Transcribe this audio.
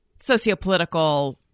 sociopolitical